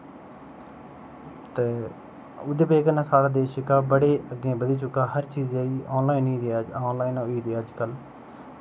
ते इद्धर केह् करना साढ़ा देश जेह्का बड़ा अग्गें बढ़ी चुके दा हर चीज़ै ई ऑनलाईन होई दी अज्जकल